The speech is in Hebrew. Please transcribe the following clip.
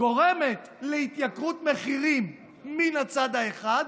גורמת להתייקרות מחירים מן הצד האחד,